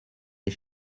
des